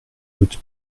doute